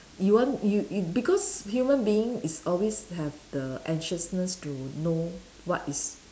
you want you you because human being is always have the anxiousness to know what is